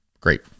Great